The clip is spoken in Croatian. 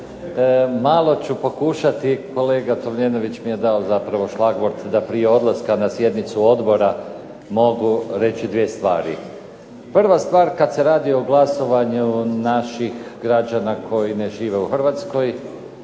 malo ću pokušati kolega Tomljenović mi je zapravo dao šlagvort da prije odlaska na sjednicu odbora mogu reći dvije stvari. Prva stvar kada se radi o glasovanju naših građana koji ne žive u Hrvatskoj,